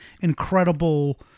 incredible